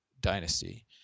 dynasty